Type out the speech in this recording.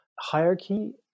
hierarchy